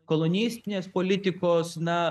kolonistinės politikos na